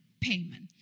payment